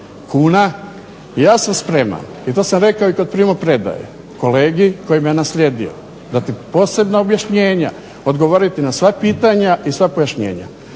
Ja sam spreman i to sam rekao i kod primopredaje kolegi koji me naslijedio dati posebna objašnjenja odgovoriti na pitanja i sva pojašnjenja,